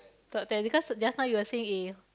top ten because just now you were saying A